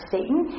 Satan